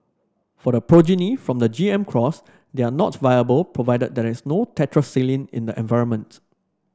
for the progeny from the G M cross they are not viable provided there is no tetracycline in the environment